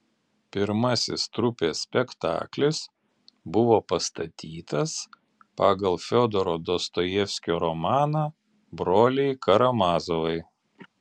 pirmasis trupės spektaklis buvo pastatytas pagal fiodoro dostojevskio romaną broliai karamazovai